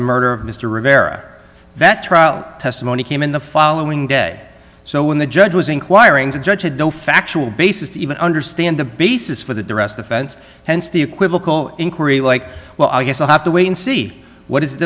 the murder of mr rivera that trial testimony came in the following day so when the judge was inquiring the judge had no factual basis to even understand the basis for the rest the fence hence the equivocal inquiry like well i guess we'll have to wait and see what is